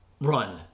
run